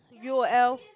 U_O_L